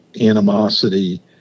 animosity